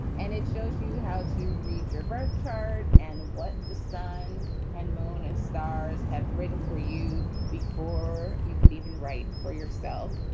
and it shows you how to read your birth chart and what the sun and moon and stars have written for you before you could even write for yourself.